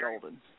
golden